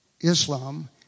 Islam